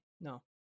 no